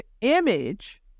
image